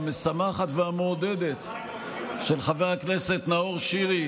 המשמחת והמעודדת של חבר הכנסת נאור שירי,